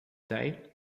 day